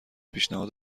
پیشنهاد